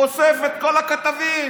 אוסף את כל הכתבים,